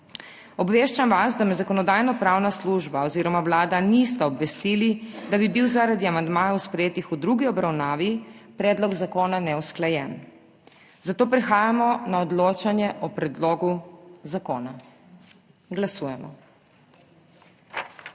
Obveščam vas, da me Zakonodajno-pravna služba oziroma Vlada nista obvestili, da bi bil zaradi amandmajev sprejetih v drugi obravnavi, predlog zakona neusklajen, zato prehajamo na odločanje o predlogu zakona. Glasujemo.